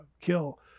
kill